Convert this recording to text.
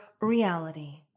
reality